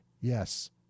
yes